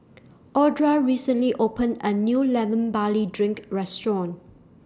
Audra recently opened A New Lemon Barley Drink Restaurant